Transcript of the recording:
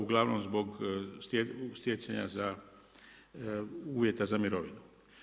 Uglavnom, zbog sjecanja za, uvjeta za mirovinu.